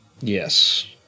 Yes